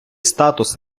статус